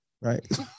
right